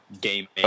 Game